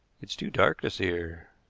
it's too dark to see her.